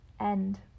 end